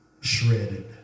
shredded